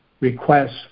requests